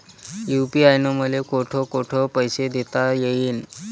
UPI न मले कोठ कोठ पैसे देता येईन?